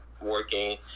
working